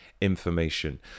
information